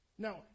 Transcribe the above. Now